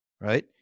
right